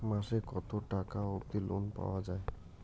মাসে কত টাকা অবধি লোন পাওয়া য়ায়?